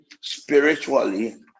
spiritually